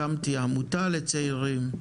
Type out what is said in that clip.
הקמתי עמותה לצעירים,